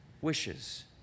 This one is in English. wishes